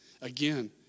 Again